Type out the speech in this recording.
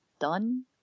done